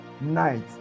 night